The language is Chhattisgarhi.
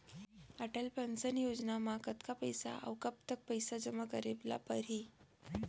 अटल पेंशन योजना म कतका पइसा, अऊ कब तक पइसा जेमा करे ल परही?